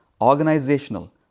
organizational